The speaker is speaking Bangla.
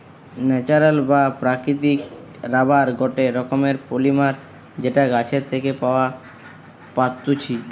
ন্যাচারাল বা প্রাকৃতিক রাবার গটে রকমের পলিমার যেটা গাছের থেকে পাওয়া পাত্তিছু